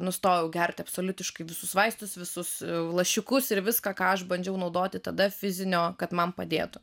nustojau gerti absoliutiškai visus vaistus visus lašiukus ir viską ką aš bandžiau naudoti tada fizinio kad man padėtų